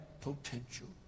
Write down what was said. potential